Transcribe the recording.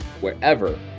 wherever